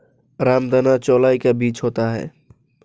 रामदाना चौलाई का बीज होता है